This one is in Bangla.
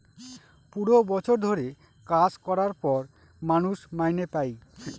পুরো বছর ধরে কাজ করার পর মানুষ মাইনে পাই